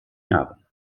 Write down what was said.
jahren